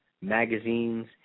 magazines